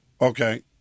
Okay